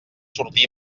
sortir